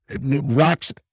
rocks